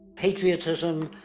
patriotism,